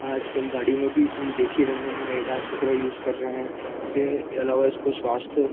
आजकल गाड़ियों में भी हम देख ही रहे हैं एडास वगैरह यूज़ कर रहे हैं उसके अलावा इसको स्वास्थय